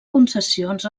concessions